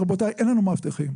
רבותיי, אין לנו מאבטחים.